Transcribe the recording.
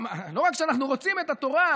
לא רק שאנחנו רוצים את התורה,